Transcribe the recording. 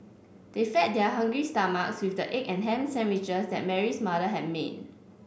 they fed their hungry stomachs with the egg and ham sandwiches that Mary's mother had made